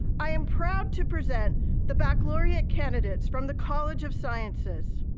i am proud to present the baccalaureate candidates from the college of sciences.